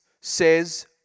says